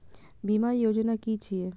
बीमा योजना कि छिऐ?